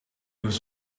was